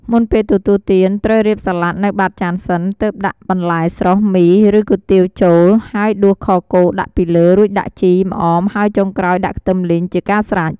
មុនពេលទទួលទាន ត្រូវរៀបសាលាដនៅបាតចានសិន ទើបដាក់បន្លែស្រុះ មី ឬគុយទាវចូល ហើយដួសខគោដាក់ពីលើ រួចដាក់ជី ម្អម ហើយចុងក្រោយដាក់ខ្ទឹមលីងជាការស្រេច។